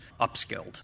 upskilled